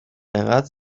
انقد